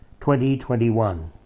2021